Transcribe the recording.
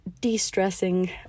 de-stressing